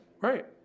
Right